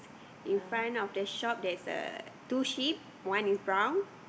in front of the shop there is a two sheep one is brown